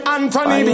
Anthony